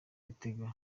bitega